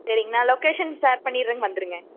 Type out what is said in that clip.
சரிங்க நான் location share பண்ணிடறேங்க வந்துடுங்க